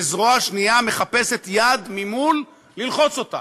וזרוע שנייה מחפשת יד ממול ללחוץ אותה,